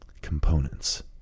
components